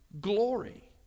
glory